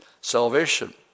salvation